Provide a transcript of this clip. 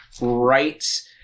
right